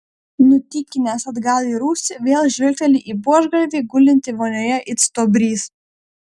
nutykinęs atgal į rūsį vėl žvilgteli į buožgalvį gulintį vonioje it stuobrys